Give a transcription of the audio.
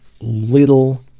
little